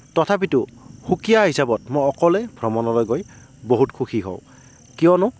তথাপিতো সুকীয়া হিচাপত মই অকলে ভ্ৰমণলে গৈ বহুত সুখী হওঁ কিয়নো